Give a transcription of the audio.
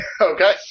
Okay